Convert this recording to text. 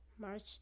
march